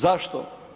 Zašto?